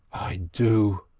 i do.